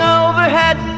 overhead